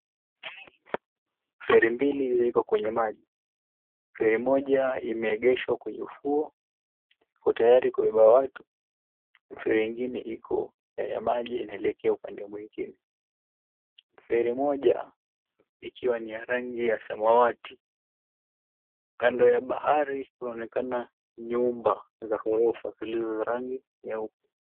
Feri mbili ziko kwenye maji. Feri moja imeegeshwa kwenye ufuo iko tayari kubeba watu. Feri ingine iko ndani ya maji inaelekea upande mwingine. Feri moja ikiwa ni ya rangi ya samawati. Kando ya bahari kunaonekana nyumba za ghorofa zilizo za rangi nyeupe.